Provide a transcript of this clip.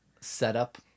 Setup